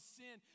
sin